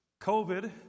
COVID